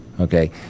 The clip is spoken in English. okay